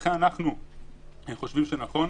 אני חושב שיש לה תפקיד מאוד-מאוד חשוב